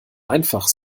einfach